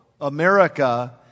America